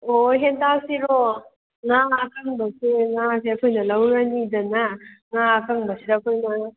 ꯑꯣ ꯍꯦꯟꯇꯥꯛꯁꯤꯔꯣ ꯉꯥ ꯑꯀꯪꯕꯁꯦ ꯉꯥꯁꯦ ꯑꯩꯈꯣꯏꯅ ꯂꯧꯔꯅꯤꯗꯅ ꯉꯥ ꯑꯀꯪꯕꯁꯤꯗ ꯑꯩꯈꯣꯏꯅ